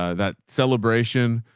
ah that celebration.